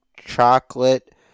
chocolate